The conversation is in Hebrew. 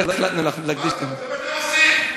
לא החלטנו, זה מה שאתם עושים.